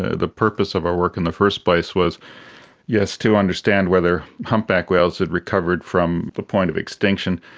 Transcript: ah the purpose of our work in the first place was yes, to understand whether humpback whales had recovered from the point of extinction.